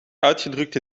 uitgedrukt